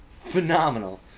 phenomenal